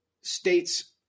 states